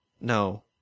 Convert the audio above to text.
No